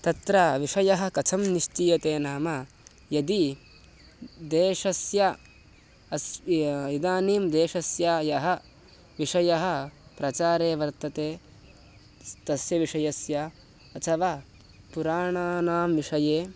तत्र विषयः कथं निश्चीयते नाम यदि देशस्य अस् इदानीं देशस्य यः विषयः प्रचारे वर्तते तस्य विषयस्य अथवा पुराणानां विषये